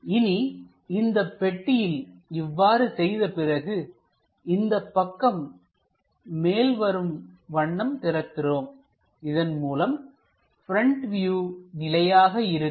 இனி இந்தப் பெட்டியில் இவ்வாறு செய்த பிறகு இந்தப் பக்கம் மேல் வரும் வண்ணம் திறக்கிறோம்இதன்மூலம் பிரண்ட் வியூ நிலையாக இருக்கும்